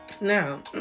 Now